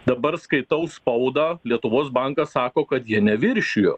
dabar skaitau spaudą lietuvos bankas sako kad jie neviršijo